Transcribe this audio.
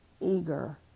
eager